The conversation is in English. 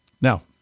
now